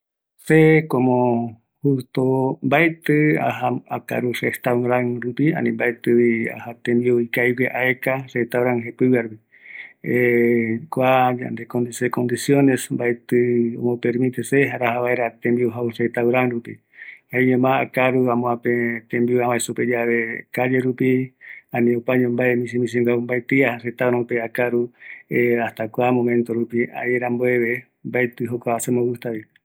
﻿Se como justo mbaeti aja akaru restaurant rupi ani mbaeti vi aja tembiu ikavigue aeka restaurant jepi rupi kua yande se condición mbaeti ombo permite se jaera ajavaera tembiu jau restaurant rupi jaeñoma akaru amuape tembiu abae supe yave calle rupi ani opaeño va misisiva jau mbaeti aja restaurant pe akaru hasta kua momento rupi ai rambueve mbaeti jokua sembo gustavi